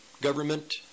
government